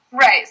Right